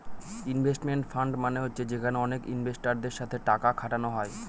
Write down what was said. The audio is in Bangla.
ইনভেস্টমেন্ট ফান্ড মানে হচ্ছে যেখানে অনেক ইনভেস্টারদের সাথে টাকা খাটানো হয়